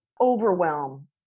overwhelm